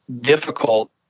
difficult